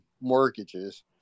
mortgages